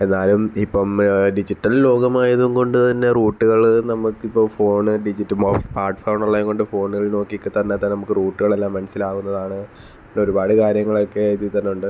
എന്നാലും ഇപ്പം ഡിജിറ്റൽ ലോകമായതും കൊണ്ട് തന്നെ റൂട്ടുകൾ നമുക്കിപ്പം ഫോൺ ഡിജിറ്റ് ബോക്സ് സ്മാർട്ട് ഫോണുള്ളത് കൊണ്ട് ഫോണിൽ നോക്കിക്ക തന്നെത്താനെ നമുക്ക് റൂട്ടുകളെല്ലാം മനസ്സിലാകുന്നതാണ് ഒരുപാട് കാര്യങ്ങളൊക്കെ ഇതിൽത്തന്നെ ഉണ്ട്